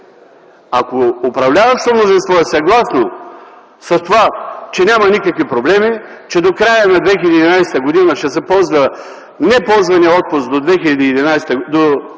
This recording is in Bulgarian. Ако управляващото мнозинство е съгласно с това, че няма никакви проблеми, че до края на 2011 г. ще се ползва неползваният отпуск, натрупан